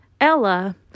Ella